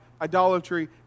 idolatry